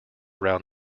around